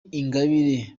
ingabire